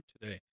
today